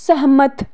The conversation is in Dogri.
सैह्मत